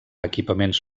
equipaments